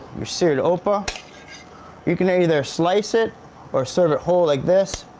your seared opah you can either slice it or serve it whole like this.